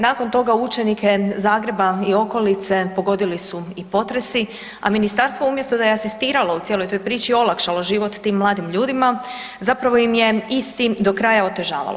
Nakon toga učenike Zagreba i okolice pogodili su i potresi, a ministarstvo umjesto da je asistiralo u cijeloj priči i olakšalo život tim mladim ljudima, zapravo im je istim do kraja otežavalo.